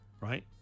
right